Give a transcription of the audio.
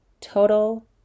total